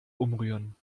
umrühren